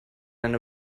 eine